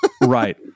right